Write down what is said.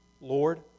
Lord